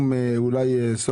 אני מסכים גם איתך וגם עם ולדימיר,